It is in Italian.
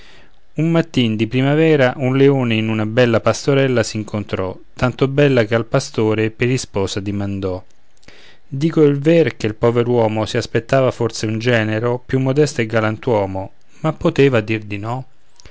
un mattin di primavera un leone in una bella pastorella s'incontrò tanto bella che al pastore per isposa dimandò dico il ver che il pover'omo si aspettava forse un genero più modesto e galantuomo ma poteva dir di no